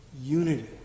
unity